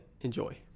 enjoy